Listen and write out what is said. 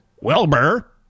Wilbur